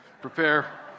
prepare